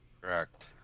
Correct